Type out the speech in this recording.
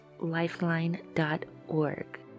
lifeline.org